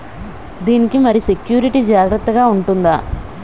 దీని కి మరి సెక్యూరిటీ జాగ్రత్తగా ఉంటుందా?